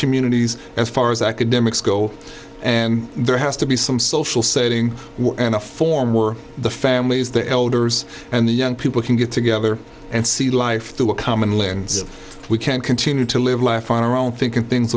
communities as far as academics go and there has to be some social setting and a form where the families the elders and the young people can get together and see life through a common lens we can't continue to live life on our own thinking things